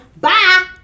Bye